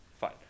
fine